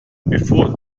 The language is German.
bevor